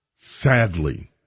sadly